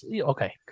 okay